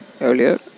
earlier